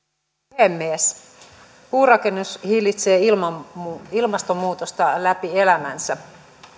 puhemies puurakennus hillitsee ilmastonmuutosta läpi elämänsä